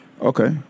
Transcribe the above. Okay